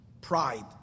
pride